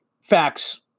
facts